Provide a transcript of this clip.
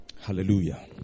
Hallelujah